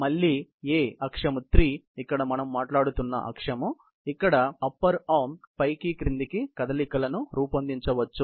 మళ్ళీ A గురించి అక్షం 3 ఇక్కడ మనం మాట్లాడుతున్న అక్షం ఇక్కడ పై చేయి పైకి క్రిందికి కదలికలను రూపొందించవచ్చు